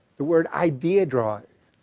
the word idea drawings,